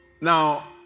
Now